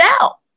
out